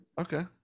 Okay